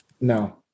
No